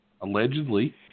Allegedly